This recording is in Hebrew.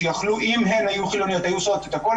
שאם הן היו חילוניות היו עושות את הכל,